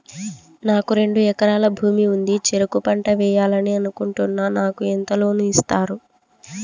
నాకు రెండు ఎకరాల భూమి ఉంది, చెరుకు పంట వేయాలని అనుకుంటున్నా, నాకు ఎంత లోను ఇస్తారు?